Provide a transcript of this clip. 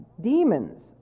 demons